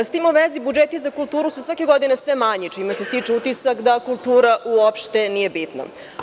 S tim u vezi budžeti za kulturu su svake godine sve manji, čime se stiče utisak da kultura uopšte nije bitna.